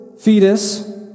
fetus